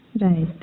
Right